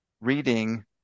reading